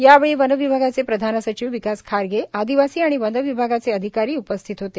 यावेळी वन विभागाचे प्रधान सचिव विकास खारगे आदिवासी व वन विभागाचे अधिकारी उपस्थित होते